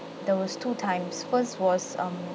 there was two times first was um